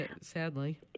sadly